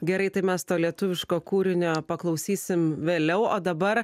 gerai tai mes to lietuviško kūrinio paklausysim vėliau o dabar